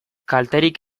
kalterik